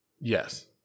Yes